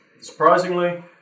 Surprisingly